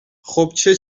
خوبچه